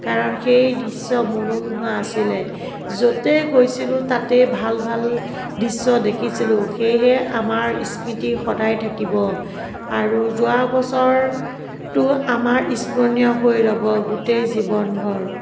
কাৰণ সেই দৃশ্য মনোমোহা আছিলে য'তেই গৈছিলোঁ তাতেই ভাল ভাল দৃশ্য দেখিছিলোঁ সেয়েহে আমাৰ স্মৃতি সদায় থাকিব আৰু যোৱা বছৰটো আমাৰ স্মৰণীয় হৈ ৰ'ব গোটেই জীৱনভৰ